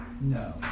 no